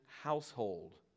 household